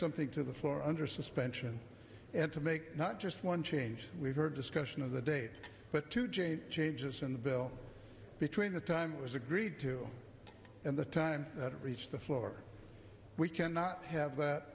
something to the floor under suspension and to make not just one change we've heard discussion of the date but to change changes in the bill between the time it was agreed to and the time it reached the floor we cannot have that